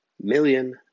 million